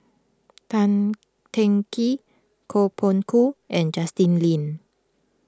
Tan Teng Kee Koh Poh Koon and Justin Lean